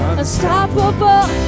unstoppable